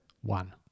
one